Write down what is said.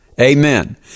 Amen